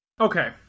Okay